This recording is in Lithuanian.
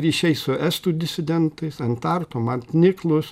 ryšiai su estų disidentais an tartu mant niklus